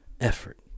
effort